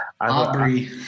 Aubrey